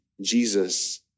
Jesus